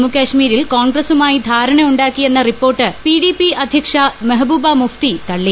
ജമ്മുകാശ്മീരിൽ കോൺഗ്രസുമായി ധാരണ ഉണ്ടാക്കിയെന്ന റിപ്പോർട്ട് പി ഡി പി അധ്യക്ഷ മെഹ്ബൂബ മുഫ്തി തള്ളി